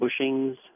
bushings